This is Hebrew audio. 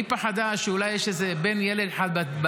היא פחדה שאולי יש איזה בן אחד בבטן,